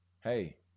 hey